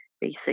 basic